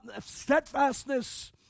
steadfastness